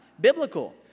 biblical